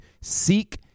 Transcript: seek